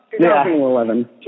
2011